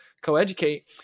co-educate